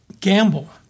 gamble